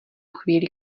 chvíli